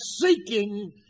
seeking